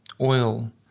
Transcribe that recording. oil